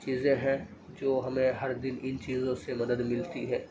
چیزیں ہیں جو ہمیں ہر دن ان چیزوں سے مدد ملتی ہیں